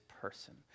person